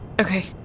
Okay